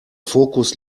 fokus